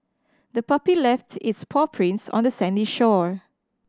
the puppy left its paw prints on the sandy shore